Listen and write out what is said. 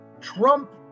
Trump